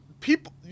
People